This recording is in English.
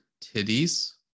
titties